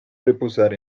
reposar